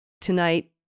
tonight